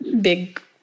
big